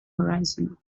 horizon